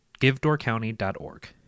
givedoorcounty.org